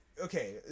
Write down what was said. Okay